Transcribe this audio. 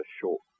short